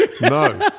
No